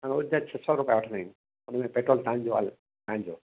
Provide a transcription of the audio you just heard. रोज़ जा छ्ह सौ कपार्टमेंट उन में पैट्रोल तव्हां जो तव्हां जो